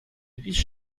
vice